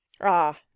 Ah